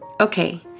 Okay